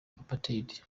apartheid